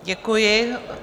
Děkuji.